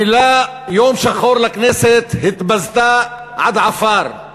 המילים "יום שחור" לכנסת התבזו עד עפר,